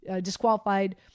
disqualified